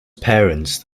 parents